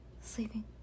sleeping